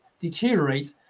deteriorate